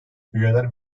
üyeler